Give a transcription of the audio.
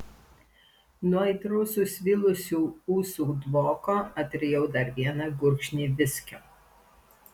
nuo aitraus susvilusių ūsų dvoko atrijau dar vieną gurkšnį viskio